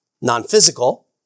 non-physical